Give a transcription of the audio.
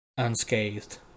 unscathed